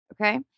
Okay